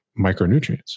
micronutrients